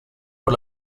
por